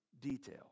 detail